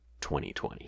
2020